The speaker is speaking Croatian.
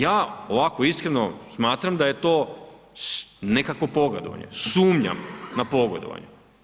Ja ovako iskreno smatram da je to nekakvo pogodovanje, sumnjam na pogodovanje.